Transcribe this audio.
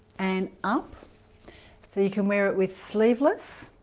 and up so you can wear it with sleeveless